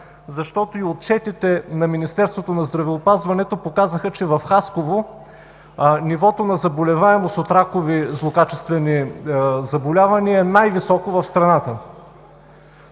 защото и отчетите на Министерството на здравеопазването показаха, че в Хасково нивото на заболеваемост от ракови злокачествени заболявания е най-високо в страната.